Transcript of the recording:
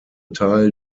teil